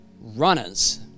runners